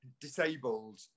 disabled